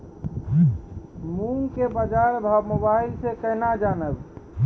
मूंग के बाजार भाव मोबाइल से के ना जान ब?